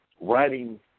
writing